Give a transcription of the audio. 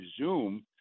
Zoom